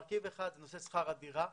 מרכיב אחד הוא נושא שכר הדירה,